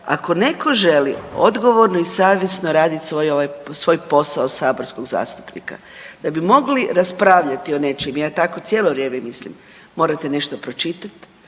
ako netko želi odgovorno i savjesno radit svoj posao saborskog zastupnika da bi mogli raspravljati o nečem, ja tako cijelo vrijeme mislim, morate nešto pročitat,